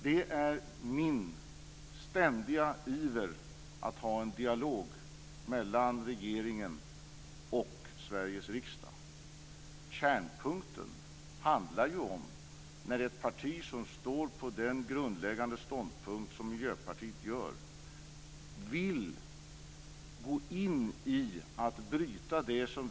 Det är min ständiga iver att ha en dialog mellan regeringen och Sveriges riksdag. Kärnpunkten handlar ju om att ett parti som står på den grundläggande ståndpunkt som Miljöpartiet gör vill gå in i och bryta det här.